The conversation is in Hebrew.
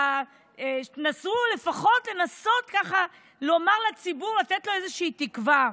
תנסו לנסות לפחות לומר לציבור, לתת לו איזה תקווה.